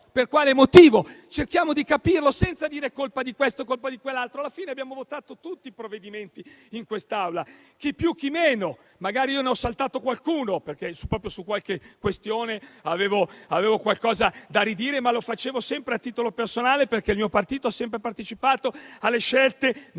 Per quale motivo? Cerchiamo di capirlo senza dire che è colpa di questo o di quell'altro; alla fine abbiamo votato tutti - chi più, chi meno - i provvedimenti in quest'Aula. Magari io ne ho saltato qualcuno, perché su qualche questione avevo qualcosa da ridire, ma lo facevo sempre a titolo personale perché il mio partito ha sempre partecipato alle scelte nel bene